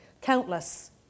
countless